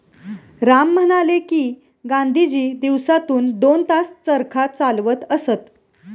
राम म्हणाले की, गांधीजी दिवसातून दोन तास चरखा चालवत असत